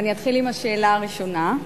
אני אתחיל בשאלה הראשונה.